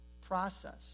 process